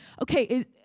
Okay